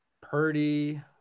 Purdy